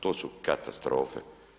To su katastrofe.